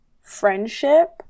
friendship